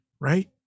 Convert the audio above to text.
right